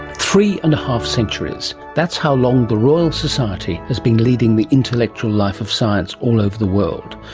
three-and-a-half centuries, that's how long the royal society has been leading the intellectual life of science all over the world,